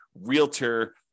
realtor